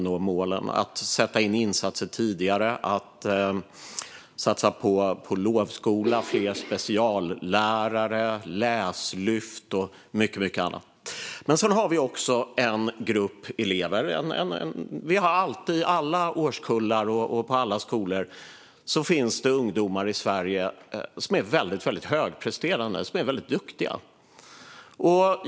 Det handlar om att sätta in insatser tidigare och att satsa på lovskola, fler speciallärare, läslyft och mycket annat. Men så har vi också en grupp elever i alla årskullar och på alla skolor i Sverige som är väldigt högpresterande och duktiga ungdomar.